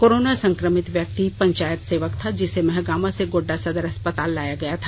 corona संक्रमित व्यक्ति पंचायत सेवक था जिसे महागामा से गोड्डा सदर अस्पताल लाया गया था